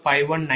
0030350